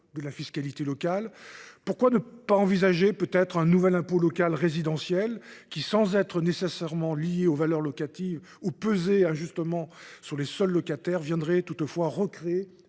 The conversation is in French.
de la fiscalité locale ? Pourquoi ne pas envisager un nouvel impôt local résidentiel qui, sans être nécessairement lié aux valeurs locatives ni peser injustement sur les seuls locataires, viendrait recréer